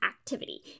activity